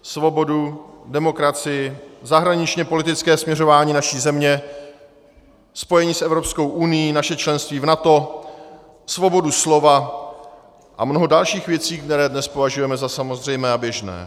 Svobodu, demokracii, zahraničněpolitické směřování naší země, spojení s Evropskou unií, naše členství v NATO, svobodu slova a mnoho dalších věcí, které dnes považujeme za samozřejmé a běžné.